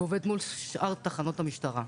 והוא עובד מול שאר תחנות המשטרה.